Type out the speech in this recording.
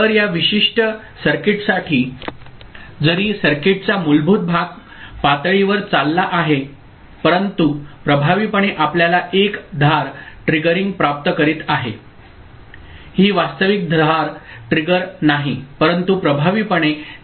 तर या विशिष्ट सर्किटसाठी जरी सर्किटचा मूलभूत भाग पातळीवर चालला आहे परंतु प्रभावीपणे आपल्याला एक धार ट्रिगरिंग प्राप्त करीत आहे ही वास्तविक धार ट्रिगर नाही परंतु प्रभावीपणे ती मिळत आहे ठीक